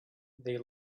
they